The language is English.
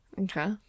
Okay